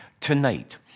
tonight